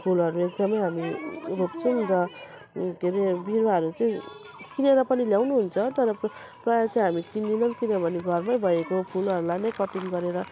फुलहरू एकदमै हामी रोप्छौँ र के अरे बिरुवाहरू चाहिँ किनेर पनि ल्याउनुहुन्छ तर प्रायः चाहिँ हामी किन्दैनौँ किनभने घरमै भएको फुलहरूलाई नै कटिङ गरेर